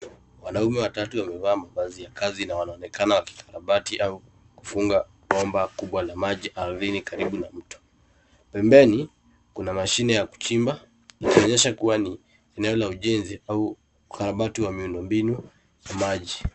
Wanaume watatu wamevaa mavazi ya kazi na wanaonekana wakikarabati au kufunga bomba kubwa la maji ardhini karibu na mto. Pembeni, kuna mashine ya kuchimba ikionyesha kuwa ni eneo la ujenzi au ukarabati wa miundombinu ya maji.